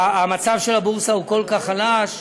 המצב של הבורסה הוא כל כך חלש,